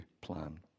plan